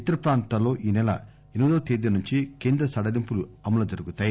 ఇతర ప్రాంతాల్లో ఈ సెల ఎనిమిదతేదీ నుంచి కేంద్ర సడలింపులు అమలు జరుగుతాయి